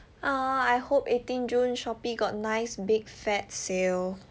ah I hope eighteen june Shopee got nice big fat sale